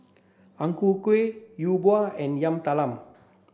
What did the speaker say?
Ang Ku Kueh Yi Bua and Yam Talam